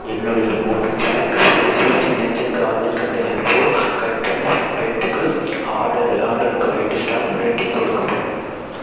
என்னுடைய மூணு pack Fresho signature garlic and herb garden பைட்டுக்கு ஆடர் ஆடருக்கு ஐந்து ஸ்டார் ரேட்டிங் கொடுக்கவும்